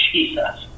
Jesus